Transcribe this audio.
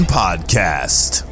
podcast